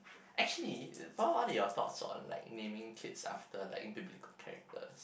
actually what what are your thoughts on like naming kids after like duplicate characters